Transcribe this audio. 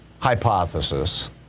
hypothesis